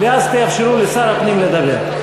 ואז תאפשרו לשר הפנים לדבר.